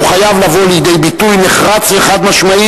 והוא חייב לבוא לידי ביטוי נחרץ וחד-משמעי